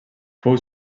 fou